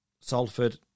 Salford